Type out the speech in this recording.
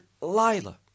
Lila